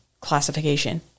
classification